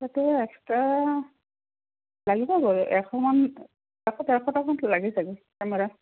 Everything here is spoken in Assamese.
তাকে এক্সট্ৰা লাগিব পাৰে এশ মান এশ ডেৰশ টকামান লাগে চাগে কেমেৰাৰ